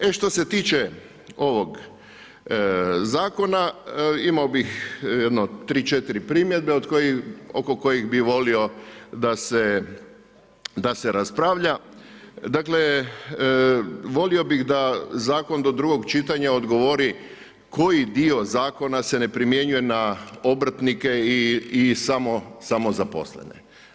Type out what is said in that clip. E što se tiče ovog zakona, imao bih jedno 3, 4 primjedbe oko kojih bi volio da se raspravlja, dakle, volio bih da zakon do drugog čitanja odgovori koji dio zakona se ne primjenjuje na obrtnike i samozaposlene.